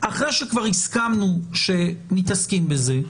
אחרי שכבר הסכמנו שמתעסקים בזה,